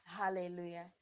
hallelujah